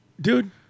Dude